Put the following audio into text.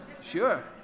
Sure